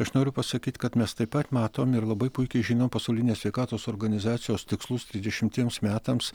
aš noriu pasakyt kad mes taip pat matom ir labai puikiai žinom pasaulinės sveikatos organizacijos tikslus trisdešimtiems metams